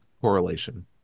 correlation